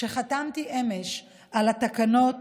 שחתמתי אמש על התקנות,